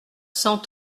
cent